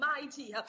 mighty